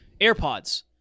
AirPods